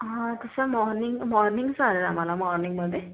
हा तसं morning morning चालेल आम्हाला मॉर्निंगमध्ये